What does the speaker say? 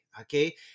okay